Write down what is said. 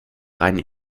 reinen